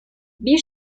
bir